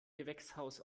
gewächshaus